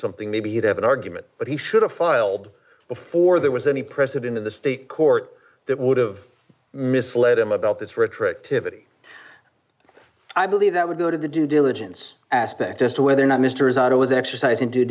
something maybe he'd have an argument but he should have filed before there was any precedent in the state court that would have misled him about this for a trick to i believe that would go to the due diligence aspect as to whether or not mr assad it was exercising due